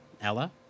Ella